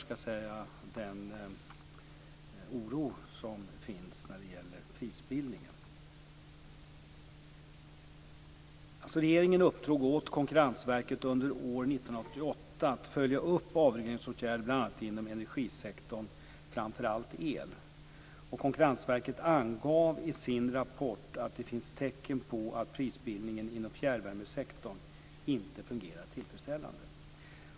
Jag delar den oro som finns när det gäller prisbildningen. 1998 att följa upp avregleringsåtgärder bl.a. inom energisektorn, framför allt i fråga om el. Konkurrensverket angav i sin rapport att det finns tecken på att prisbildningen inom fjärrvärmesektorn inte fungerar tillfredsställande.